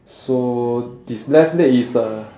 so his left leg is uh